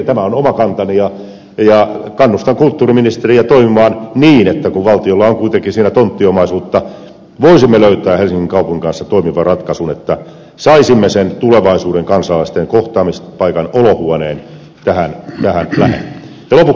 tämä on oma kantani ja kannustan kulttuuriministeriä toimimaan niin kun valtiolla on kuitenkin siellä tonttiomaisuutta että voisimme löytää helsingin kaupungin kanssa toimivan ratkaisun että saisimme sen tulevaisuuden kansalaisten kohtaamispaikan olohuoneen tähän lähelle